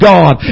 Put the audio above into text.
God